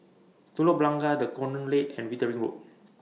Telok Blangah The Colonnade and Wittering Road